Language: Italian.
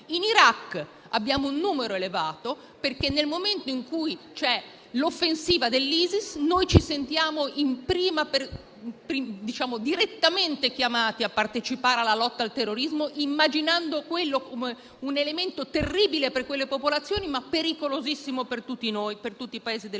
In Iraq siamo presenti in numero elevato, perché, nel momento in cui c'è l'offensiva dell'ISIS, noi ci sentiamo direttamente chiamati a partecipare alla lotta al terrorismo, immaginando quello come un elemento terribile per le popolazioni, ma anche pericolosissimo per tutti noi, per